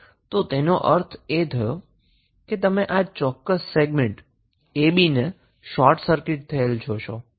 તો તેનો અર્થ એ થાય છે કે તમે આ ચોક્કસ સેગમેન્ટ ab ને શોર્ટ સર્કિટ થયેલ જોશો